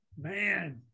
man